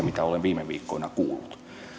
mitä olen viime viikkoina kuullut